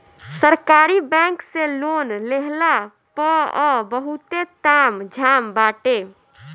सरकारी बैंक से लोन लेहला पअ बहुते ताम झाम बाटे